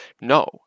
no